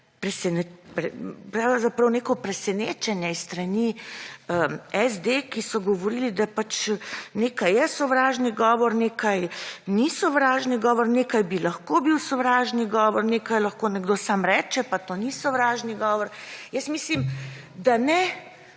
bom rekla, neko presenečenje s strani SD, ko so govorili, da pač nekaj je sovražni govor, nekaj ni sovražni govor, nekaj bi lahko bil sovražni govor, nekaj lahko nekdo samo reče, pa to ni sovražni govor. Mislim, da ne